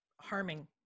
harming